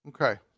Okay